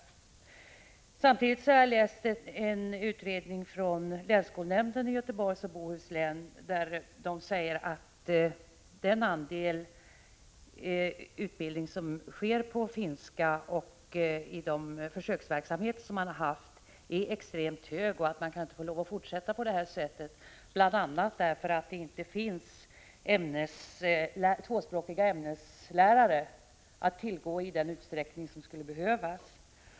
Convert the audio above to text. I en utredning som jag har läst och som gjorts av länsskolnämnden i Göteborgs och Bohus län sägs att den andel av undervisningen som sker på finska i de försöksverksamheter som bedrivs är extremt hög och att man inte får lov att fortsätta på det sättet, bl.a. därför att det inte finns tvåspråkiga ämneslärare att tillgå i den utsträckning som skulle behövas.